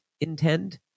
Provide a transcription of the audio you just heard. intend